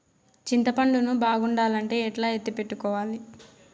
చింతపండు ను బాగుండాలంటే ఎట్లా ఎత్తిపెట్టుకోవాలి?